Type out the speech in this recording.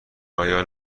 آیا